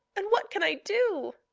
and what can i do?